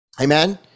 Amen